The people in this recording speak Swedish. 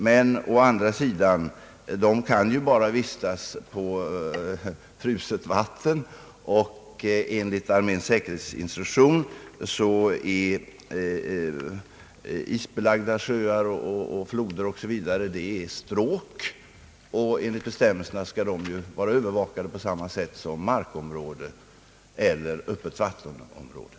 Men å andra sidan kan dessa bara vistas på fruset vatten, och enligt arméns säkerhetsinstruktion är isbelagda sjöar och vattendrag »stråk». Enligt bestämmelserna skall de vara övervakade på samma sätt som markområden eller öppna vattenområden.